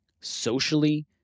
Socially